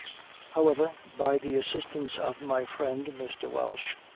however, by the assistance of my friend, mr. welch,